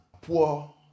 poor